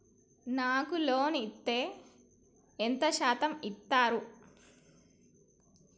నాకు లోన్ ఇత్తే ఎంత శాతం ఇత్తరు?